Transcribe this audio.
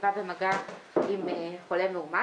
שבא במגע עם חולה מאומת.